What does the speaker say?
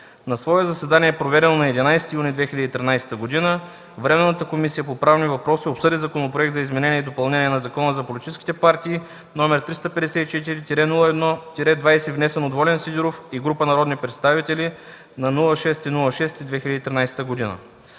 На свое заседание, проведено на 11 юни 2013 г., Временната комисия по правни въпроси обсъди Законопроект за изменение и допълнение на Закона за политическите партии № 354-01-20, внесен от Волен Сидеров и група народни представители на 6 юни 2013 г.